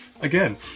again